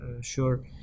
sure